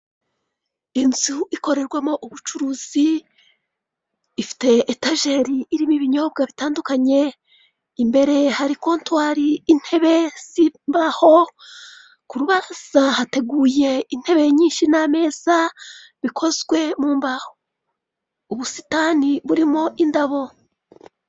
Inzu ikorerwamo ubucuruzi, ifite etajeri irimo ibinyobwa bitandukanye, imbere hari kontwari, intebe z'imbaho, ku rubaraza hateguye intebe nyinshi n'ameza, bikozwe mu mbaho. Ubusitani burimo indabo.